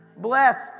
blessed